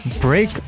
Break